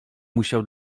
musiał